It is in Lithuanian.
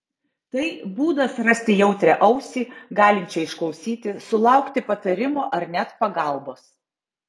tai būdas rasti jautrią ausį galinčią išklausyti sulaukti patarimo ar net pagalbos